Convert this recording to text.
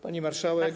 Pani Marszałek!